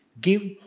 give